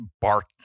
bark